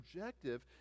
objective